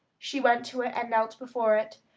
she went to it and knelt before it.